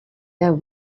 then